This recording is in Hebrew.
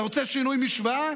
אתה רוצה שינוי משוואה?